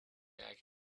like